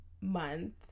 month